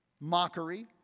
Mockery